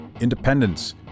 independence